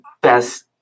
best